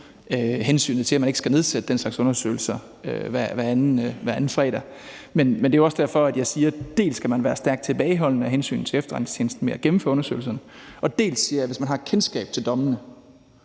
hensynet til, at man ikke skal nedsætte den slags undersøgelser hver anden fredag. Men det er jo også derfor, jeg siger, at man skal være stærkt tilbageholdende af hensyn til efterretningstjenesten med at gennemføre undersøgelserne. Derudover mener jeg, at hvis man har kendskab til dommene